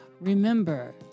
Remember